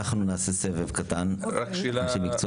אנחנו נעשה סבב קטן של אנשי המקצוע